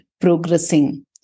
progressing